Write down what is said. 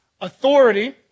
Authority